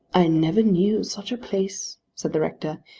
i never knew such a place, said the rector.